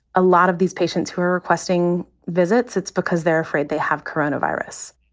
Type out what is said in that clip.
a lot of these patients who are requesting visits, it's because they're afraid they have coronavirus.